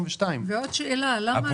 2022. ועוד שאלה: למה רק לפועלי ייצור?